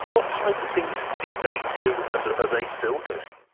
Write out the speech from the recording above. what type of things did they do and are they still doing?